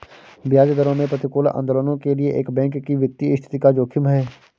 ब्याज दरों में प्रतिकूल आंदोलनों के लिए एक बैंक की वित्तीय स्थिति का जोखिम है